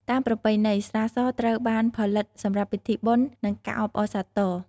តាមប្រពៃណី ស្រាសត្រូវបានផលិតសម្រាប់ពិធីបុណ្យ និងការអបអរសាទរ។